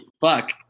fuck